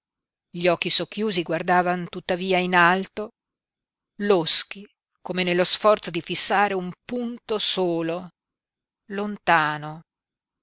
gli occhi socchiusi guardavan tuttavia in alto loschi come nello sforzo di fissare un punto solo lontano